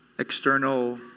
External